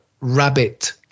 rabbit